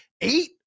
Eight